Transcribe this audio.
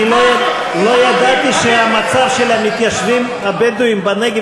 אני לא ידעתי שהמצב של המתיישבים בנגב